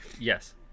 Yes